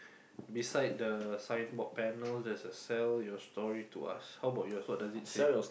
beside the signboard panels there's a sell your story to us how about yours what does it say